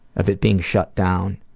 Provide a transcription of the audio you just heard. of it being shut down,